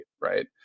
right